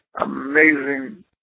amazing